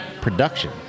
production